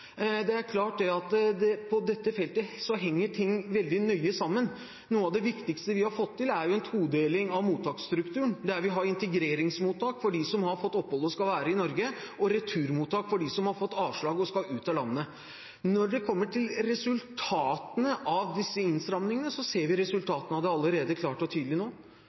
Det er klart at på dette feltet henger ting veldig nøye sammen. Noe av det viktigste vi har fått til, er en todeling av mottaksstrukturen, der vi har integreringsmottak for dem som har fått opphold og skal være i Norge, og returmottak for dem som har fått avslag og skal ut av landet. Når det kommer til resultatene av disse innstramningene, ser vi det klart og tydelig allerede nå.